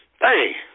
Hey